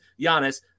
Giannis